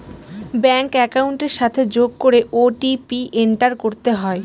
bank একাউন্টের সাথে যোগ করে ও.টি.পি এন্টার করতে হয়